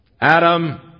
Adam